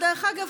דרך אגב,